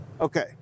okay